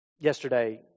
yesterday